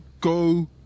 Go